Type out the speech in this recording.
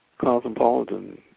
cosmopolitan